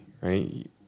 right